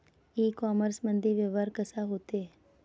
इ कामर्समंदी व्यवहार कसा होते?